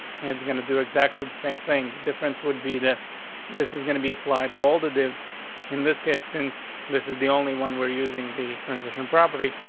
and it's going to do exactly the same thing. the difference would be that this is gonna be applied to all the lives in this case, since this is the only one we're using the transition property.